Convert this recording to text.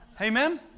Amen